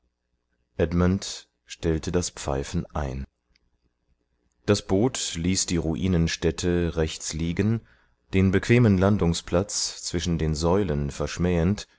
edmund stellte das pfeifen ein das boot ließ die ruinenstätte rechts liegen den bequemen landungsplatz zwischen den säulen verschmähend